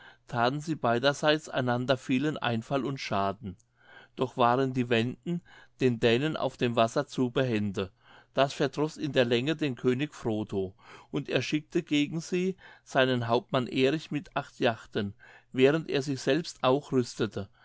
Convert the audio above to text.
thaten sie beiderseits einander vielen einfall und schaden doch waren die wenden den dänen auf dem wasser zu behende das verdroß in die länge den könig frotho und er schickte gegen sie seinen hauptmann erich mit acht jachten während er sich selbst auch rüstete